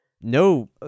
No